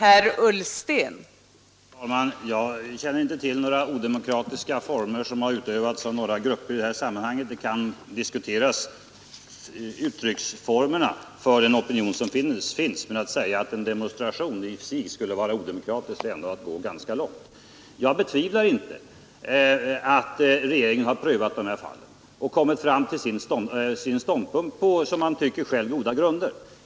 Fru talman! Jag känner inte till några odemokratiska former som har utövats av några grupper i det här sammanhanget. Man kan diskutera uttrycksformerna för den opinion som finns, men att säga att en demonstration i och för sig skulle vara odemokratisk är ändå att gå ganska långt. Jag betvivlar inte att regeringen har prövat de här fallen och kommit fram till sin ståndpunkt på, som man tycker själv, goda grunder.